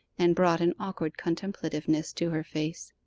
and brought an awkward contemplativeness to her face.